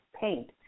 paint